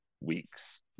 weeks